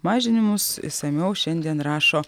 mažinimus išsamiau šiandien rašo